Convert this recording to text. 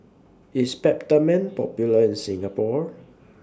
IS Peptamen Popular in Singapore